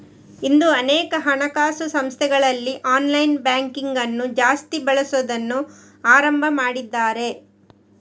ಇಂದು ಅನೇಕ ಹಣಕಾಸು ಸಂಸ್ಥೆಗಳಲ್ಲಿ ಆನ್ಲೈನ್ ಬ್ಯಾಂಕಿಂಗ್ ಅನ್ನು ಜಾಸ್ತಿ ಬಳಸುದನ್ನ ಆರಂಭ ಮಾಡಿದ್ದಾರೆ